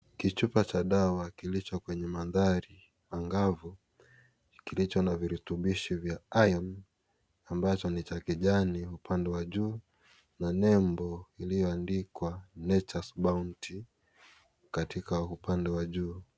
Kichupa cha dawa kilicho kwenye mandhari angavu, kilicho na virutubishi vya iron ,ambacho ni cha kijani upande wa juu na nembo iliyoandikwa, natures bounty. Katika upande wa juu.